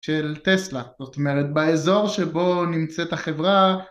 של טסלה זאת אומרת באזור שבו נמצאת החברה